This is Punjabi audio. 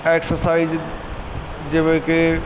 ਐਕਸਰਸਾਈਜ਼ ਜਿਵੇਂ ਕਿ